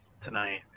tonight